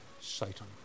Satan